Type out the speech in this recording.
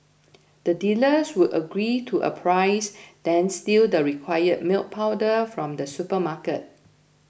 the dealers would agree to a price then steal the required milk powder from the supermarket